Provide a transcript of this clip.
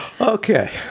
Okay